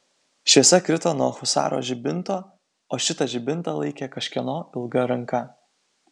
šviesa krito nuo husaro žibinto o šitą žibintą laikė kažkieno ilga ranka